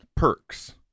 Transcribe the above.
perks